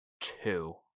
two